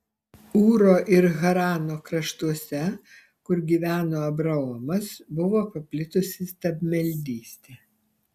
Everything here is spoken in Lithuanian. ūro ir harano kraštuose kur gyveno abraomas buvo paplitusi stabmeldystė